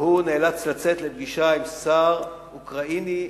נאלץ לצאת לפגישה עם שר אוקראיני,